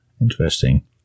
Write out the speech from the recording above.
Interesting